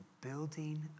building